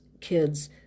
kids